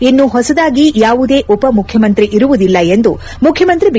ಇನ್ನು ಹೊಸದಾಗಿ ಯಾವುದೇ ಉಪ ಮುಖ್ಯಮಂತ್ರಿ ಇರುವುದಿಲ್ಲ ಎಂದು ಮುಖ್ಯಮಂತ್ರಿ ಬಿ